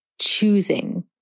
choosing